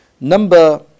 Number